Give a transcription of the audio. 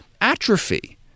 atrophy